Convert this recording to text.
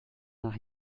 nach